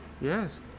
Yes